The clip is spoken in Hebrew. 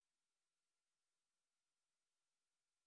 אני פותח את ישיבת ועדת הכספים הזמנית של הכנסת לטובת היוועצות עם ועדת